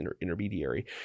intermediary